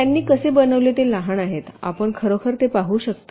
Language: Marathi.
त्यांनी कसे बनविले ते लहान आहे आपण खरोखर ते पाहू शकता